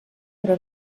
però